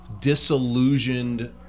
disillusioned